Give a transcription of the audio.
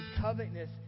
covetousness